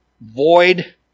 void